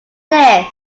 business